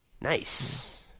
Nice